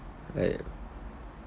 like